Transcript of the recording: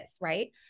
right